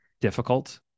difficult